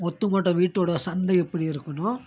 ஒத்துமொட்ட வீட்டோட சந்தை எப்படி இருக்கும்னா